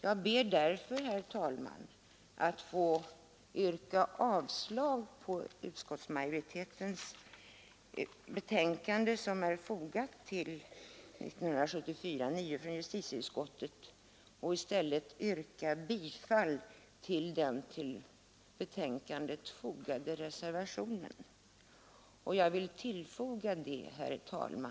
Jag ber därför, herr talman, att få yrka avslag på hemställan i betänkandet och i stället yrka bifall till reservationen.